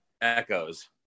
echoes